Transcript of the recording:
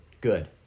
Good